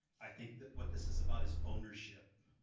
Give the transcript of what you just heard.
i think that what this is about is ownership.